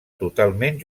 totalment